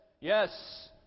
yes